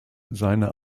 seine